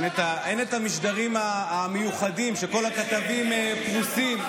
אין את המשדרים המיוחדים שכל הכתבים פרוסים.